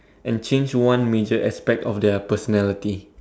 and change one major aspect of their personality